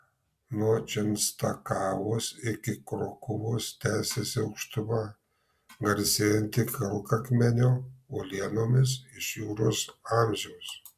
nuo čenstakavos iki krokuvos tęsiasi aukštuma garsėjanti kalkakmenio uolienomis iš juros amžiaus